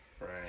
Right